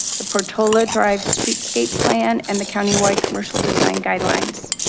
the portola drive streetscape plan and the county wide commercial design guidelines.